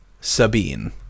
Sabine